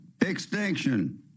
extinction